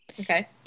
Okay